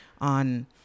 on